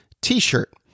t-shirt